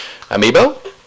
Amiibo